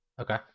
Okay